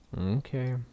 Okay